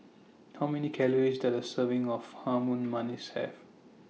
How Many Calories Does A Serving of Harum Manis Have